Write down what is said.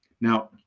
now